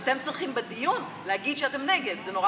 אתם צריכים להגיד בדיון שאתם נגד, זה נורא